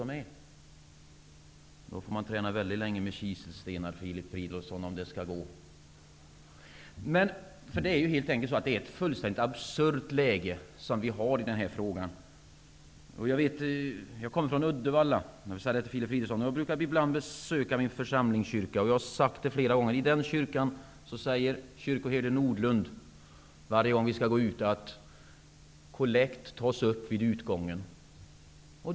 Om det skall vara möjligt får Filip Fridolfsson träna väldigt länge med kiselstenar. Det är ett fullständigt absurt läge som vi har när det gäller denna fråga. Jag kommer från Uddevalla, och jag brukar ibland besöka min församlingskyrka. I den kyrkan säger kyrkoherde Nordlund varje gång som vi skall gå ut ur kyrkan att kollekt tas upp vid utgången.